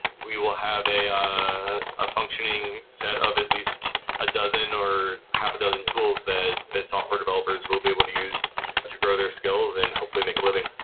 we will have a a functioning set of at least a dozen or half a dozen tools that that software developers will be able to use to grow their skills and hopefully make a living.